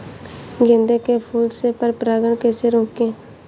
गेंदे के फूल से पर परागण कैसे रोकें?